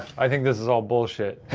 i think this is all bullshit.